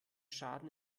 schaden